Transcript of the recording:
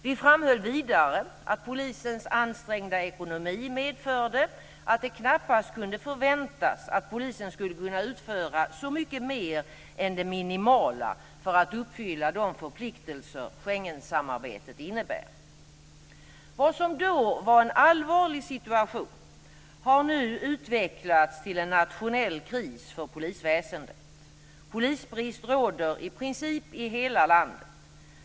Vi framhöll vidare att polisens ansträngda ekonomi medförde att det knappast kunde förväntas att polisen skulle kunna utföra så mycket mer än det minimala för att uppfylla de förpliktelser som Schengensamarbetet innebär. Vad som då var en allvarlig situation har nu utvecklats till en nationell kris för polisväsendet. Polisbrist råder i princip i hela landet.